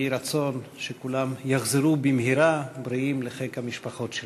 יהי רצון שכולם יחזרו במהרה בריאים לחיק המשפחות שלהם.